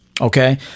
Okay